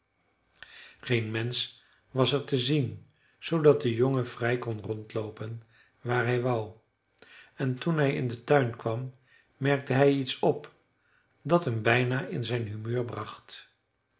geen mensch was er te zien zoodat de jongen vrij kon rondloopen waar hij wou en toen hij in den tuin kwam merkte hij iets op dat hem bijna in zijn humeur bracht